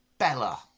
Bella